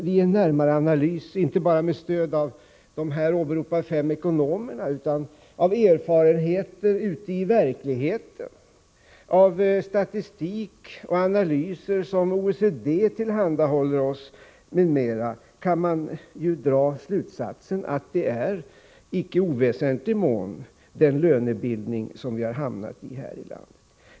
Vid en närmare analys —- inte bara med stöd 55 av de här åberopade fem ekonomerna utan av erfarenheter i verkligheten, av statistik och analyser som OECD tillhandahållit m.m. — kan man dra slutsatsen att det är det system för lönebildning som vi har hamnat i här i landet som skapar vissa problem.